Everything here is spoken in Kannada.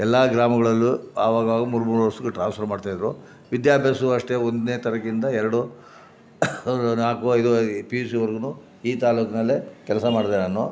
ಎಲ್ಲ ಗ್ರಾಮಗಳಲ್ಲೂ ಆವಾಗಾವಾಗ ಮೂರು ಮೂರು ವರ್ಷಕ್ಕೂ ಟ್ರಾನ್ಸ್ಫರ್ ಮಾಡ್ತಾಯಿದ್ದರು ವಿದ್ಯಾಭ್ಯಾಸವೂ ಅಷ್ಟೇ ಒಂದನೇ ತರಗತಿಯಿಂದ ಎರಡು ನಾಲ್ಕು ಐದು ಪಿ ಯು ಸಿವರ್ಗೂನು ಈ ತಾಲೂಕಿನಲ್ಲೇ ಕೆಲಸ ಮಾಡಿದೆ ನಾನು